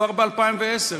כבר ב-2010,